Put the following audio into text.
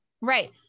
Right